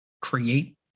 create